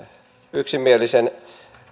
yksimielisen